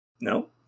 no